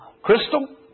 Crystal